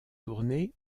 tournée